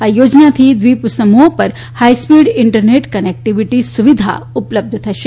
આ યોજનાથી દ્વિપ સમુહો પર હાઇસ્પીડ ઇન્ટરનેટ કનેકટીવીટી સુવિધા ઉપલબ્ધ થશે